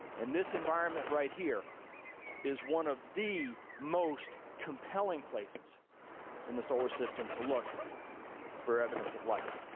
and this environment right here is one of the most compelling places in the solar system to look for evidence of life.